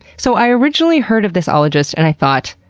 so, i originally heard of this ologist and i thought,